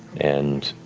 and